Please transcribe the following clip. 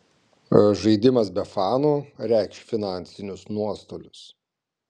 žaidimas be fanų reikš finansinius nuostolius